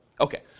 Okay